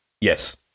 Yes